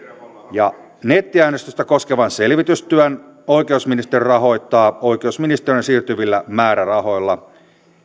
nettiäänestystä koskevan selvitystyön oikeusministeriö rahoittaa oikeusministeriöön siirtyvillä määrärahoilla